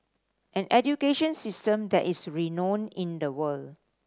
an education system that is renowned in the world